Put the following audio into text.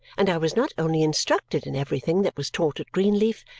and i was not only instructed in everything that was taught at greenleaf,